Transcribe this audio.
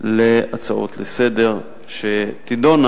להצעות לסדר-היום שתידונה